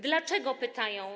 Dlaczego? - pytają.